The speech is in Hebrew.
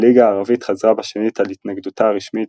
הליגה הערבית חזרה בשנית על התנגדותה הרשמית